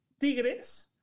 Tigres